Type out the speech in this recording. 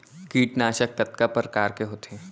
कीटनाशक कतका प्रकार के होथे?